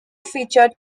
featured